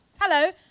Hello